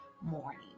morning